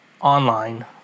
online